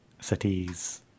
cities